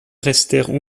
restèrent